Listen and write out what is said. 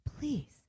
Please